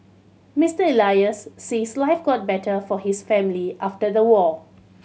Mister Elias says life got better for his family after the war